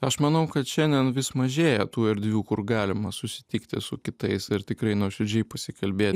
aš manau kad šiandien vis mažėja tų erdvių kur galima susitikti su kitais ir tikrai nuoširdžiai pasikalbėt